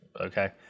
okay